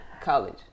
college